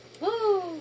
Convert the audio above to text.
Woo